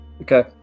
Okay